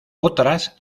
otras